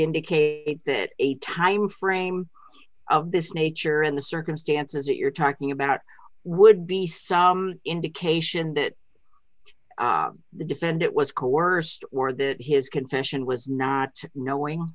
indicate that a timeframe of this nature and the circumstances that you're talking about would be some indication that the defendant was coerced or that his confession was not knowing